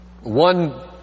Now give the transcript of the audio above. One